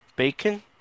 Bacon